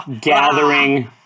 gathering